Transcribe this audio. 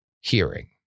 hearing